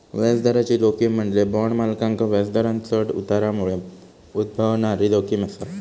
व्याजदराची जोखीम म्हणजे बॉण्ड मालकांका व्याजदरांत चढ उतारामुळे उद्भवणारी जोखीम असा